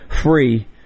free